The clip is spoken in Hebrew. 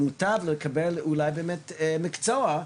ומוטב לקבל אולי באמת מקצוע.